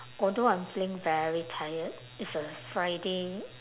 although I'm feeling very tired it's a friday